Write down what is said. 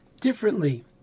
differently